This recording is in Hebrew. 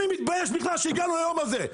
אני מתבייש בכלל שהגענו ליום הזה,